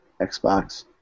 Xbox